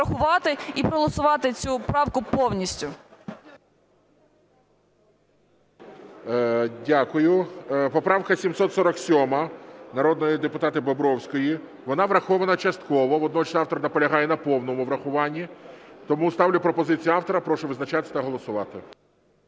Дякую. Поправка 747, народного депутата Бобровської. Вона врахована частково. Водночас автор наполягає на повному врахуванні. Тому ставлю пропозицію автора. Прошу визначатись та голосувати.